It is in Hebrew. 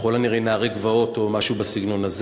ככל הנראה נערי גבעות או משהו בסגנון הזה.